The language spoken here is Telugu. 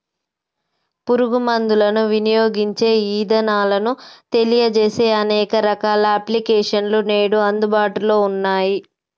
పురుగు మందులను వినియోగించే ఇదానాలను తెలియజేసే అనేక రకాల అప్లికేషన్స్ నేడు అందుబాటులో ఉన్నయ్యి